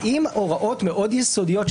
האם הוראות מאוד יסודיות,